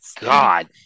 God